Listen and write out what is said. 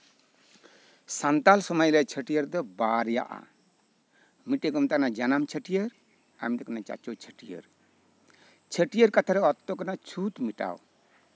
ᱥᱟᱱᱛᱟᱲ ᱥᱚᱢᱟᱡᱽ ᱨᱮᱭᱟᱜ ᱪᱷᱟᱹᱴᱭᱟᱹᱨ ᱫᱚ ᱵᱟᱨᱭᱟᱜᱼᱟ ᱢᱤᱫᱴᱟᱱ ᱠᱚ ᱢᱮᱛᱟᱜ ᱠᱟᱱᱟ ᱡᱟᱱᱟᱢ ᱪᱷᱟᱹᱴᱭᱟᱹᱨ ᱟᱨ ᱢᱤᱫᱴᱮᱡ ᱠᱚ ᱢᱮᱛᱜ ᱠᱟᱱᱟ ᱪᱟᱪᱳ ᱪᱷᱟᱹᱴᱭᱟᱹᱨ ᱪᱷᱟᱹᱴᱭᱟᱹᱨ ᱠᱟᱛᱷᱟ ᱨᱮᱭᱟᱜ ᱚᱨᱛᱷᱚ ᱦᱩᱭᱩᱜ ᱠᱟᱱᱟ ᱪᱷᱩᱸᱛ ᱢᱮᱴᱟᱣ